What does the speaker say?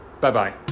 Bye-bye